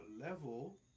level